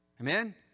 Amen